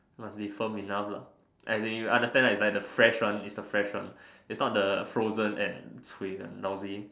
must be firm enough lah as in you understand right it's like the fresh one it's the fresh one it's not the frozen end with lousy